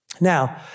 Now